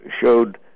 showed